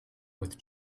with